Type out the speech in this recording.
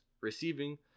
receiving